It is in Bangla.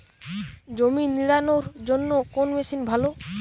জমি নিড়ানোর জন্য কোন মেশিন ভালো?